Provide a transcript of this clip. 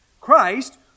Christ